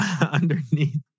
underneath